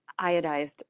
iodized